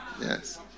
Yes